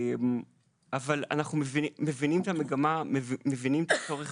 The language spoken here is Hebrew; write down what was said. אנחנו מבינים את המגמה, מבינים את הצורך